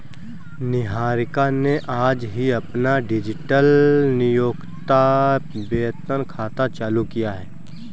निहारिका ने आज ही अपना डिजिटल नियोक्ता वेतन खाता चालू किया है